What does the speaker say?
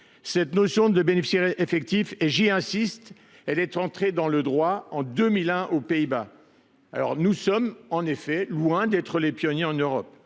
Cette notion de « bénéficiaires effectifs »– j’y insiste – est entrée dans le droit en 2001 aux Pays Bas. Nous sommes loin d’être les pionniers en Europe.